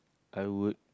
I would